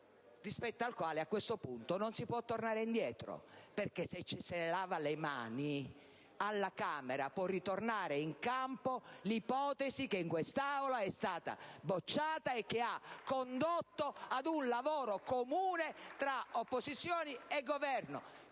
rispetto al quale, a questo punto, non si può tornare indietro. Perché, se ce ne laviamo le mani, alla Camera dei deputati può tornare in campo l'ipotesi che in quest'Aula è stata bocciata e che ha condotto ad un lavoro comune tra opposizioni e Governo,